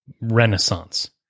renaissance